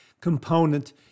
component